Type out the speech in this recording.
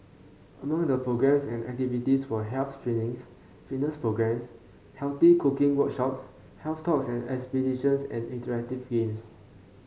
among the programmes and activities were health screenings fitness programmes healthy cooking workshops health talks and exhibitions and interactive games